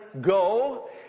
go